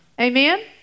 Amen